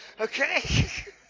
okay